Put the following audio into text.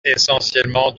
essentiellement